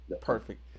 Perfect